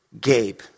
Gabe